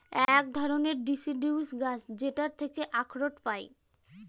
এক ধরনের ডিসিডিউস গাছ যেটার থেকে আখরোট পায়